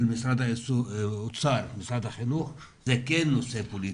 של משרד האוצר והחינוך, זה כן נושא פוליטי.